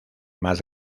más